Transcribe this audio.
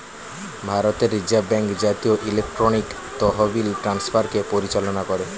ভারতের reserve bank জাতীয় electronic তহবিল ট্রান্সফারকে পরিচালনা করে